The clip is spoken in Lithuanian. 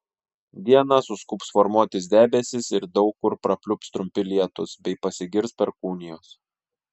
dieną suskubs formuotis debesys ir daug kur prapliups trumpi lietūs bei pasigirs perkūnijos